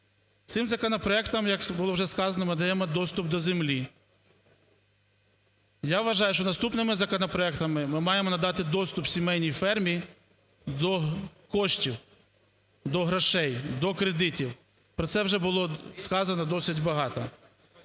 Цим законопроектом, як це було вже сказано, ми даємо доступ до землі. Я вважаю, що наступними законопроектами ми маємо надати доступ сімейній фермі до коштів, до грошей, до кредитів. Про це вже було сказано досить багато.